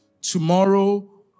Tomorrow